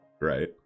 right